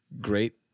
great